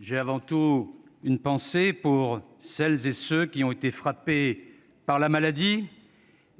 J'ai avant tout une pensée pour celles et ceux qui ont été frappés par la maladie,